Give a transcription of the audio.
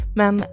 men